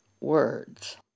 words